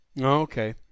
Okay